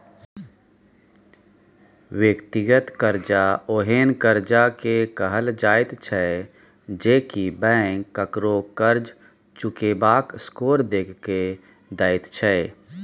व्यक्तिगत कर्जा ओहेन कर्जा के कहल जाइत छै जे की बैंक ककरो कर्ज चुकेबाक स्कोर देख के दैत छै